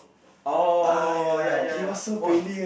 orh ya ya ya !wah!